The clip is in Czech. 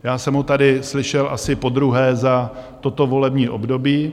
Já jsem ho tady slyšel asi podruhé za toto volební období.